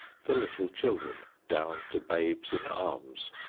the little children, down to babes in arms,